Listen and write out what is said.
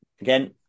Again